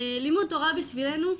לימוד תורה בשבילנו הוא